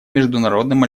международным